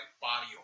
body